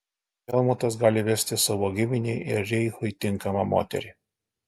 helmutas gali vesti savo giminei ir reichui tinkamą moterį